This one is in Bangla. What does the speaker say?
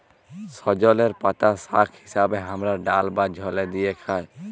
সজলের পাতা শাক হিসেবে হামরা ডাল বা ঝলে দিয়ে খাই